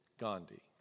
Gandhi